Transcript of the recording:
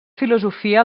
filosofia